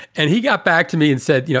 and he got back to me and said, you know,